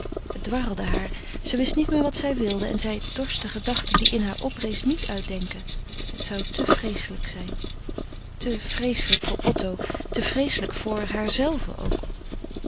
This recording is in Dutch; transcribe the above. het dwarrelde haar zij wist niet meer wat zij wilde en zij dorst de gedachte die in haar oprees niet uitdenken het zou te vreeslijk zijn te vreeslijk voor otto te vreeslijk voor haarzelve ook